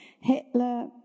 Hitler